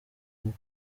koko